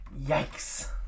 Yikes